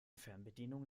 fernbedienung